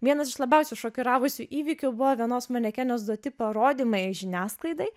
vienas iš labiausiai šokiravusių įvykių buvo vienos manekenės duoti parodymai žiniasklaidai